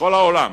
ובכל העולם